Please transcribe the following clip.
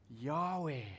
Yahweh